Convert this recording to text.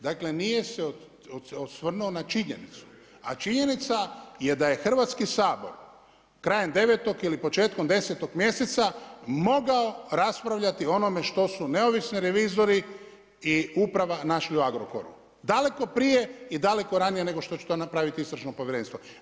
Dakle nije se osvrnuo na činjenicu, a činjenica je da je Hrvatski sabor krajem 9. ili početkom 10. mjeseca mogao raspravljati o onome što su neovisni revizori i uprava našli u Agrokoru, daleko prije i daleko ranije nego što će to napraviti istražno povjerenstvo.